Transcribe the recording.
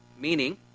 meaning